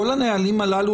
כל הנהלים הללו,